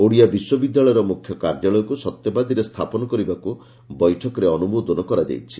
ଓଡ଼ିଆ ବିଶ୍ୱବିଦ୍ୟାଳୟର ମୁଖ୍ୟ କାର୍ଯ୍ୟାଳୟକୁ ସତ୍ୟବାଦୀରେ ସ୍ତାପନ କରିବାକୁ ବୈଠକରେ ଅନୁମୋଦନ କରାଯାଇଛି